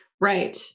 Right